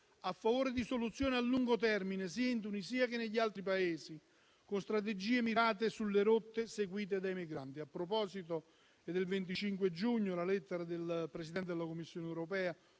a favore di soluzioni a lungo termine sia in Tunisia che negli altri Paesi, con strategie mirate sulle rotte seguite dai migranti. A proposito, è del 25 giugno la lettera del presidente della Commissione europea